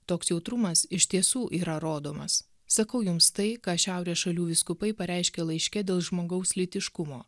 toks jautrumas iš tiesų yra rodomas sakau jums tai ką šiaurės šalių vyskupai pareiškė laiške dėl žmogaus lytiškumo